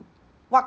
what